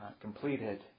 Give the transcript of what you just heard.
completed